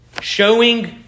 Showing